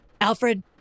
Alfred